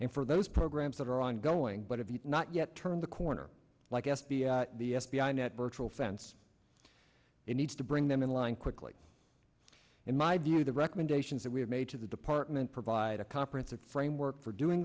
and for those programs that are ongoing but have not yet turned the corner like f b i the f b i net virtual fence it needs to bring them in line quickly in my view the recommendations that we have made to the department provide a conference a framework for doing